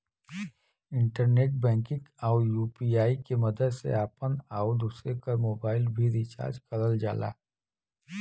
internet banking आउर UPI के मदद से आपन आउर दूसरे क मोबाइल भी रिचार्ज करल जाला